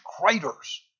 craters